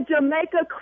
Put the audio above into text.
Jamaica